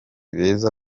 beza